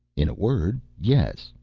in a word yes.